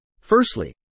Firstly